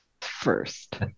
first